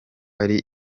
ari